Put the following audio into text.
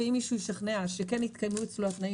ואם מישהו השתכנע שכן התקיימו אצלו התנאים